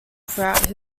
throughout